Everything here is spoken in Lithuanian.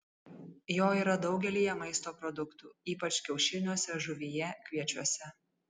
jo yra daugelyje maisto produktų ypač kiaušiniuose žuvyje kviečiuose